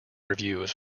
reviews